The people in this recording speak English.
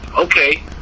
okay